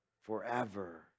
forever